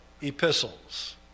epistles